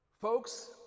Folks